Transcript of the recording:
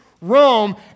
Rome